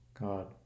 God